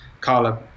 Carla